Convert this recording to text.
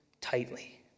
tightly